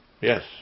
yes